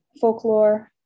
folklore